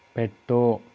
పెట్టు